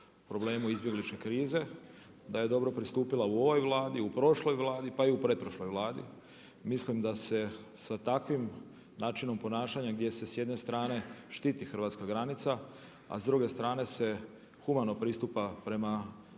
problemu izbjegličke krize, da je dobro pristupila u ovoj Vladi, u prošloj Vladi pa i u pretprošloj Vladi. Mislim da se sa takvim načinom ponašanja gdje se s jedne strane štiti hrvatska granica a s druge strane se humano pristupa prema